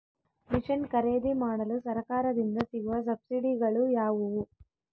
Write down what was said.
Mission ಖರೇದಿಮಾಡಲು ಸರಕಾರದಿಂದ ಸಿಗುವ ಸಬ್ಸಿಡಿಗಳು ಯಾವುವು?